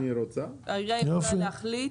העירייה יכולה להחליט